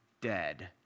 dead